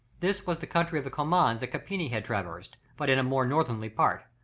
this was the country of the comans that carpini had traversed, but in a more northerly part.